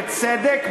בצדק,